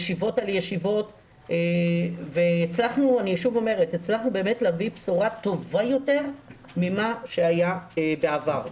ישיבות על גבי ישיבות והצלחנו להביא בשורה טובה יותר מכפי שהיה בעבר.